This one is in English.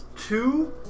Two